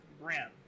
RAM